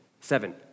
seven